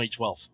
2012